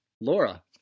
Laura